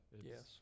Yes